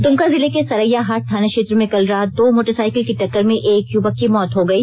द्मका जिले के सरैयाहाट थाना क्षेत्र में कल रात दो मोटरसाइकिल की टक्कर में एक युवक की मौत हो गई